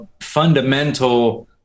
fundamental